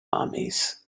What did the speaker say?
armies